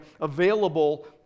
available